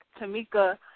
Tamika